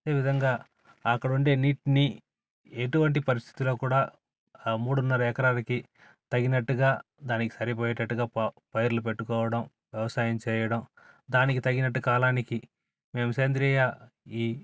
ఈ విధంగా అక్కడుండే నీట్ని ఎటువంటి పరిస్థితులో కూడా ఆ మూడున్నర ఎకరాలకి తగినట్టుగా దానికి సరిపోయేటట్టుగా ప పైర్లు పెట్టుకోవడం వ్యవసాయం చేయటం దానికి తగినట్టు కాలానికి మేము సేంద్రియ ఈ